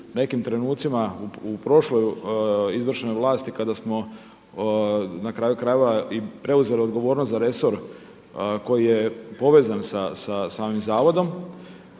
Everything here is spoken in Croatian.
u prošloj izvršnoj vlasti kada smo na kraju krajeva i preuzeli odgovornost za resor koji je povezan sa ovim zavodom.